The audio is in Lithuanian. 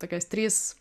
tokios trys